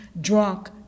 Drunk